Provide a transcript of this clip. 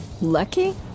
Lucky